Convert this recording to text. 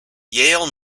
yale